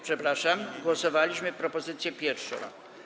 Przepraszam, głosowaliśmy nad propozycją pierwszą.